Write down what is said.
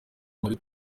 muri